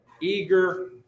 eager